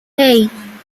hey